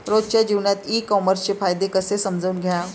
रोजच्या जीवनात ई कामर्सचे फायदे कसे समजून घ्याव?